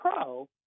Pro